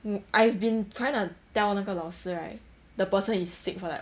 um I've been trying to tell 那个老师 right that person is sick for like